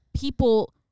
People